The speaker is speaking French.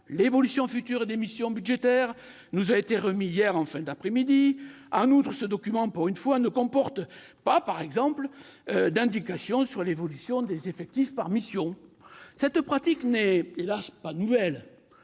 l'évolution future des missions budgétaires ne nous a été remis qu'hier, en fin d'après-midi. En outre, ce document, pour une fois, ne comporte pas d'indications sur l'évolution des effectifs par mission. Cette pratique, qui n'est hélas pas nouvelle,